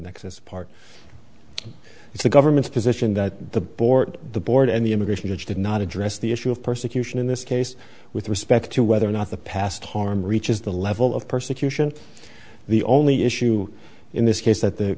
nexus part it's the government's position that the board the board and the immigration judge did not address the issue of persecution in this case with respect to whether or not the past harm reaches the level of persecution the only issue in this case that the